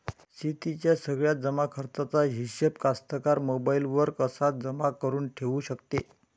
शेतीच्या सगळ्या जमाखर्चाचा हिशोब कास्तकार मोबाईलवर कसा जमा करुन ठेऊ शकते?